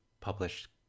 published